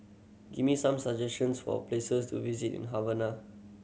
give me some suggestions for places to visit in Havana